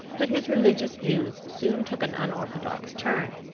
but his religious views soon took an unorthodox turn,